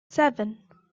seven